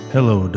Hello